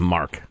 Mark